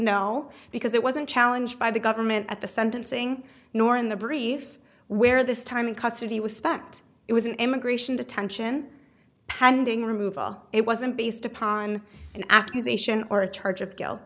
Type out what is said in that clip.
know because it wasn't challenge by the government at the sentencing nor in the brief where this time in custody was spect it was an immigration detention pending removal it wasn't based upon an accusation or a charge of guilt